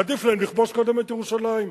עדיף להם לכבוש קודם את ירושלים.